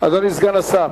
אדוני סגן השר.